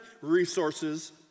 resources